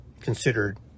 considered